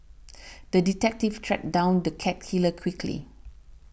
the detective tracked down the cat killer quickly